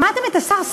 שמעתם את השר סער?